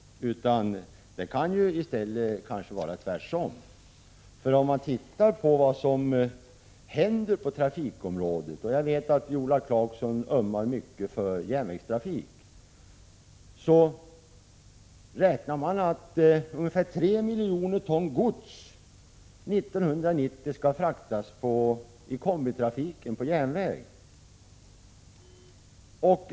Det kan kanske i stället bli tvärtom. Ser man på vad som händer på trafikområdet — och jag vet att Viola Claesson ömmar mycket för järnvägstrafik — finner man att ungefär tre miljoner ton gods år 1990 skall fraktas i kombitrafiken på järnväg.